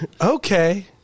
Okay